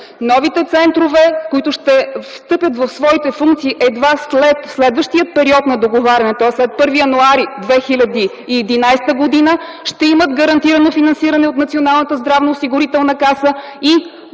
Новите центрове, които ще встъпят в своите функции едва след следващия период на договаряне, тоест след 1 януари 2011 г., ще имат гарантирано финансиране от Националната здравноосигурителна каса и